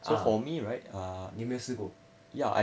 ah 你有没有试过